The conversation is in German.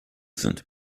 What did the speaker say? sind